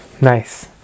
nice